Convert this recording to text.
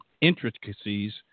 intricacies